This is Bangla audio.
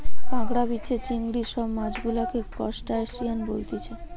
কাঁকড়া, বিছে, চিংড়ি সব মাছ গুলাকে ত্রুসটাসিয়ান বলতিছে